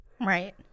Right